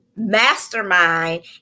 mastermind